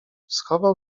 schował